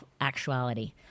actuality